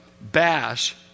bash